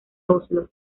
oslo